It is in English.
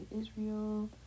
Israel